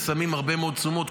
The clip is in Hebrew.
ושמים הרבה מאוד תשומות,